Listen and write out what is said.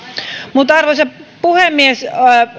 arvoisa puhemies